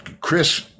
Chris